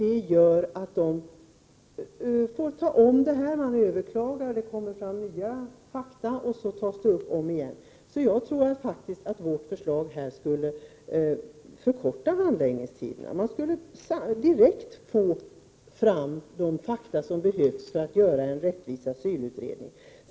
Detta gör att ärendet får tas om — man överklagar och det kommer fram nya fakta, och ärendet tas upp om igen. Jag tror att man med miljöpartiets förslag skulle kunna förkorta handläggningstiderna. Man skulle direkt få fram de fakta som behövs för att man skall kunna göra en rättvis asylutredning.